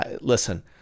Listen